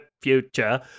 future